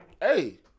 Hey